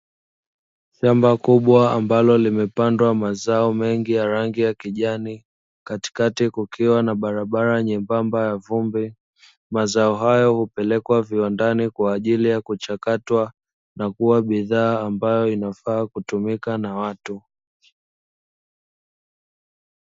Shamba kubwa ambalo limepandwa mazao mengi ya rangi ya kijani, katikati kukiwa na barabara nyembamba ya vumbi: mazao hayo upelekwa viwandani kwa ajili ya kuchakatwa na kuwa bidhaa ambayo inafaa kutumika na watu.